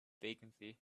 vacancy